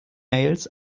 mails